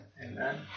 Amen